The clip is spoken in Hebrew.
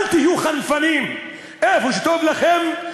לעברית:) אל תהיו חנפנים איפה שטוב לכם.